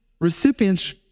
recipients